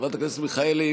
חברת הכנסת מיכאלי,